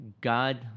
God